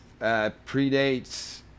predates